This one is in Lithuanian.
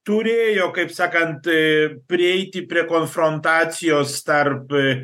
turėjo kaip sakant prieiti prie konfrontacijos tarp